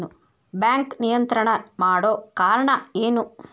Bank ನಿಯಂತ್ರಣ ಮಾಡೊ ಕಾರ್ಣಾ ಎನು?